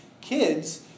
kids